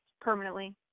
permanently